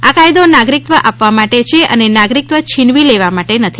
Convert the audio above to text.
આ કાયદો નાગરિકત્વ આપવા માટે છે અને નાગરિકત્વ છીનવી લેવા માટે નથી